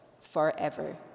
forever